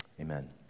Amen